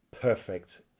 perfect